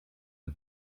the